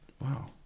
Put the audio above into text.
wow